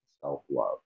self-love